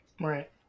right